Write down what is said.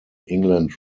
england